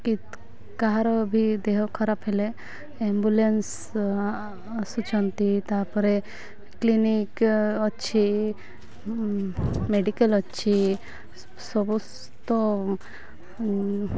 କାହାର ବି ଦେହ ଖରାପ ହେଲେ ଆମ୍ବୁଲାନ୍ସ ଆସୁଛନ୍ତି ତାପରେ କ୍ଲିନିକ ଅଛି ମେଡିକାଲ ଅଛି ସମସ୍ତ